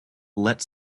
let